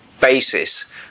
basis